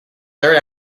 third